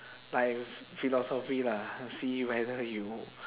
like philosophy lah see whether you